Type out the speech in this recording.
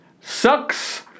Sucks